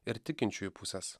ir tikinčiųjų pusės